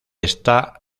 esta